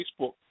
Facebook